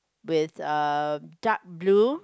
with uh dark blue